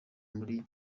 muri